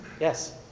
yes